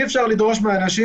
אי אפשר לדרוש מאנשים: